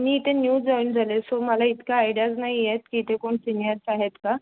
मी इथे new join झाले so मला इतका आयडियाज नाही आहेत की इथे कोण सिनियर्स आहेत का